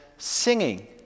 singing